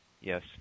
Yes